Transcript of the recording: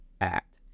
Act